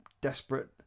desperate